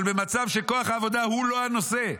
אבל במצב שכוח העבודה, הוא לא הנושא,